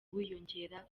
wiyongera